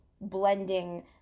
blending